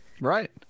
right